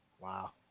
Wow